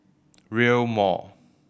Rail Mall